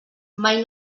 mai